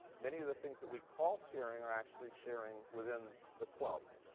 many of the things that we call sharing are actually sharing within the club.